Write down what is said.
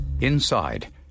Inside